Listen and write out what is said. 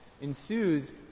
ensues